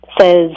says